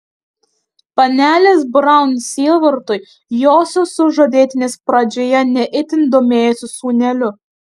panelės braun sielvartui josios sužadėtinis pradžioje ne itin domėjosi sūneliu